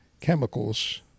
chemicals